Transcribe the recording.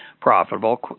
profitable